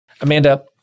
Amanda